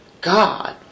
God